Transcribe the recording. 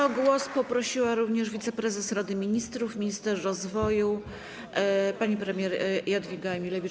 O głos poprosiła również wiceprezes Rady Ministrów, minister rozwoju pani premier Jadwiga Emilewicz.